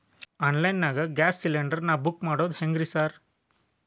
Online ನಾಗ gas cylinder ನಾ book ಮಾಡೋದ್ ಹೆಂಗ್ರಿ ಸಾರ್?